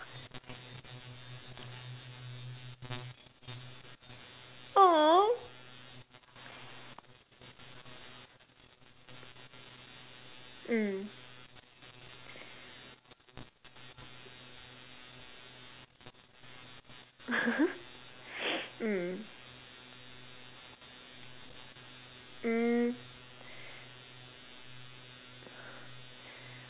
!aww! mm mm mm